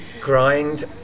grind